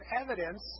evidence